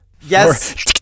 Yes